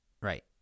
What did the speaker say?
Right